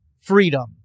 freedom